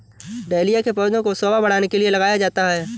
dahlia के पौधे को शोभा बढ़ाने के लिए लगाया जाता है